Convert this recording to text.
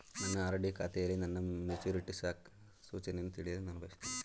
ನನ್ನ ಆರ್.ಡಿ ಖಾತೆಯಲ್ಲಿ ನನ್ನ ಮೆಚುರಿಟಿ ಸೂಚನೆಯನ್ನು ತಿಳಿಯಲು ನಾನು ಬಯಸುತ್ತೇನೆ